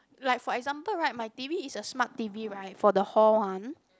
like for example right my T_V is a smart T_V right for the hall one